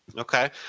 okay,